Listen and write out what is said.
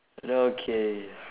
okay